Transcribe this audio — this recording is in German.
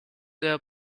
der